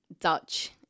Dutch